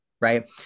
Right